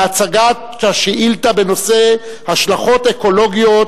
להצגת השאילתה בנושא: השלכות אקולוגיות